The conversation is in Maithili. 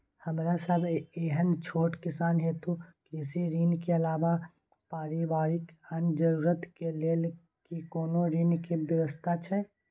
हमरा सब एहन छोट किसान हेतु कृषि ऋण के अलावा पारिवारिक अन्य जरूरत के लेल की कोनो ऋण के व्यवस्था छै?